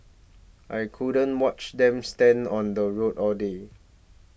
I couldn't watch them stand on the road all day